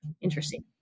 interesting